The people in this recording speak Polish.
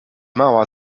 mała